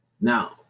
Now